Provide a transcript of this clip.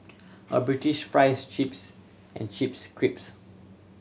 a British fries chips and chips crisps